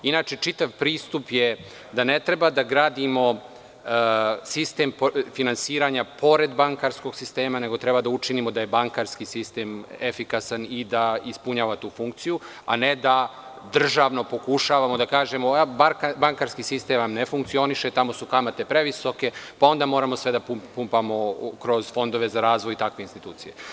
Inače, čitav pristup je da ne treba da gradimo sistem finansiranja pored bankarskog sistema, nego treba da učinimo da bankarski sistem bude efikasan i da ispunjava tu funkciju, a ne da državno pokušavamo da kažemo – bankarski sistem vam ne funkcioniše, tamo su kamate previsoke, pa onda sve moramo da pumpamo kroz fondove za razvoj i takve institucije.